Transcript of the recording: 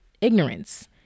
ignorance